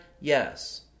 Yes